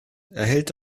enthält